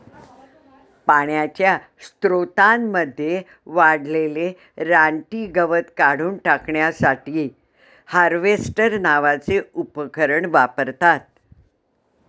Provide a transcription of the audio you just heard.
पाण्याच्या स्त्रोतांमध्ये वाढलेले रानटी गवत काढून टाकण्यासाठी हार्वेस्टर नावाचे उपकरण वापरतात